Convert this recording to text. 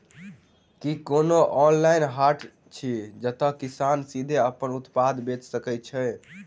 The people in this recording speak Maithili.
की कोनो ऑनलाइन हाट अछि जतह किसान सीधे अप्पन उत्पाद बेचि सके छै?